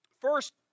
First